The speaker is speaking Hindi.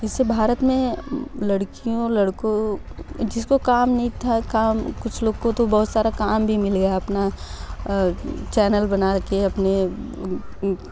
इससे भारत में लड़कियों लडकों जिसको काम नहीं था काम कुछ लोग को तो बहुत सारा काम भी मिल गया अपना चैनल बनाके अपने